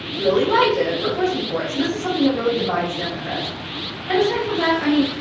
really liked it and were pushing for it. so this is something that really divides democrats and aside from that, i mean,